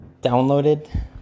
downloaded